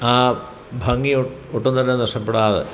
ആ ഭംഗി ഒട്ടും തന്നെ നഷ്ടപ്പെടാതെ